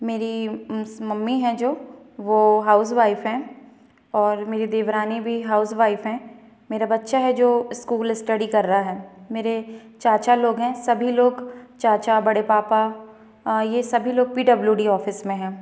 मेरी मम्मी है जो वो हाउस वाईफ हैं और मेरी देवरानी भी हाउस वाईफ हैं मेरा बच्चा है जो स्कूल स्टडी कर रहा है मेरे चाचा लोग हैं सभी लोग चाचा बड़े पापा यह सभी लोग पी डब्लू डी ऑफिस में हैं